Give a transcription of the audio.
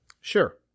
Sure